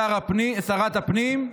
שרת הפנים,